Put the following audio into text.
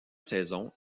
saison